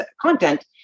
content